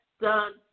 done